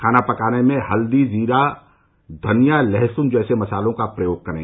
खाना पकाने में हल्दी जीरा धनिया लहसुन जैसे मसालों का प्रयोग करें